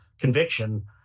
conviction